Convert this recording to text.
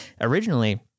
originally